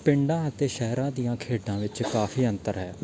ਪਿੰਡਾਂ ਅਤੇ ਸ਼ਹਿਰਾਂ ਦੀਆਂ ਖੇਡਾਂ ਵਿੱਚ ਕਾਫ਼ੀ ਅੰਤਰ ਹੈ